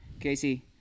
Casey